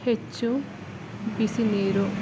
ಹೆಚ್ಚು ಬಿಸಿನೀರು